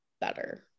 better